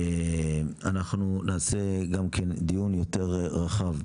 אנחנו נעשה גם כן דיון יותר רחב,